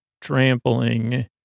trampling